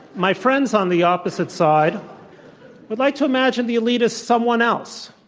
my friends on the opposite side would like to imagine the elite is someone else.